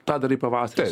tą darai pavasarį